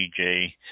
DJ